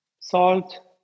salt